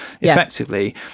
effectively